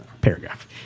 paragraph